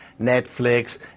Netflix